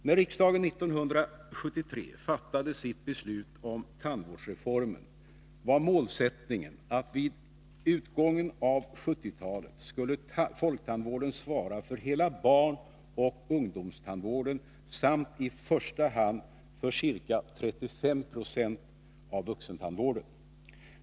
När riksdagen 1973 fattade sitt beslut om tandvårdsreform var målsättningen att folktandvården vid utgången av 1970-talet skulle svara för hela barnoch ungdomstandvården samt i första hand för ca 35 96 av vuxentandvården.